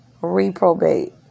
reprobate